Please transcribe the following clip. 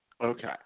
Okay